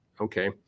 Okay